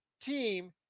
team